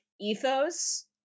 ethos